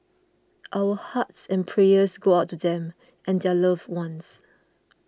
our hearts and prayers go out to them and their loved ones